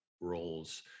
roles